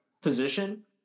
position